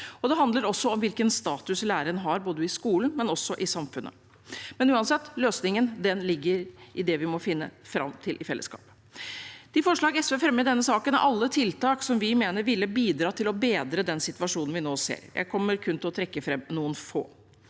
Det handler også om hvilken status læreren har både i skolen og i samfunnet. Men uansett, løsningen ligger i det vi må finne fram til i fellesskap. De forslagene SV fremmer i denne saken, er alle tiltak som vi mener ville bidratt til å bedre den situasjonen vi nå ser. Jeg kommer kun til å trekke fram noen få.